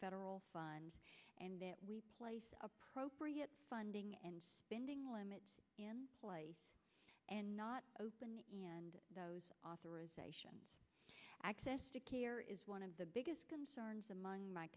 federal fund and that we appropriate funding and spending limits in place and not open and those authorization access to care is one of the biggest concerns among my